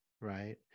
right